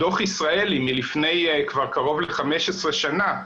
דוח ישראלי, מלפני כבר קרוב ל-15 שנה,